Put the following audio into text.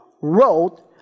wrote